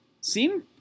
seem